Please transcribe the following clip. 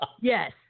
Yes